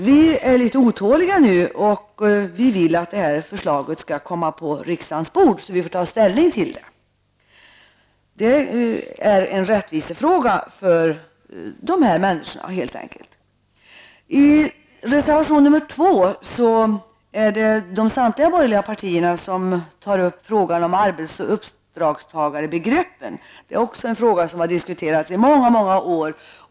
Vi är alltså litet otåliga nu och ser fram emot att ett förslag kommer på riksdagens bord, så att vi får ta ställning till detsamma. Det här är helt enkelt en rättvisefråga för berörda människor. I reservation 2 från samtliga borgerliga partier tas frågan om arbets och uppdragstagarbegreppen upp. Också den frågan har diskuterats i väldigt många år.